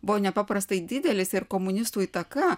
buvo nepaprastai didelis ir komunistų įtaka